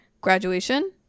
graduation